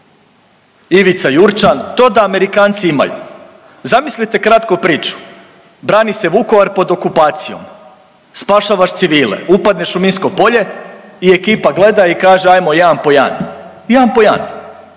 Ivica Jurčan, to da Amerikanci imaju. Zamislite kratku priču, brani se Vukovar pod okupacijom, spašavaš civile, upadneš u minsko polje i ekipa gleda i kaže ajmo jedan po jedan, jedan po jedan